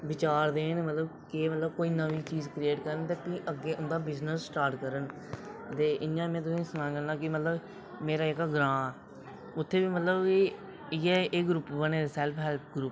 बचार देन केह् मतलब नमीं चीज़ प्ही उं'दा अग्ग बिज़नेस स्टार्ट करन ते इं'या में तुसें गी सनान लगा कि मतलब मेरा जेह्का ग्रांऽ उत्थै बी मतलब की इ'यै एह् ग्रुप बने दे सेल्फ हेल्प ग्रूप